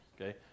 Okay